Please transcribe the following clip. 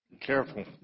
Careful